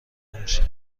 نمیشه